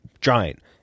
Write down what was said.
giant